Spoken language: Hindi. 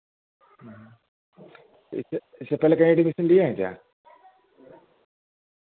इसे इससे पहले कहीं एडमिशन लिये हैं क्या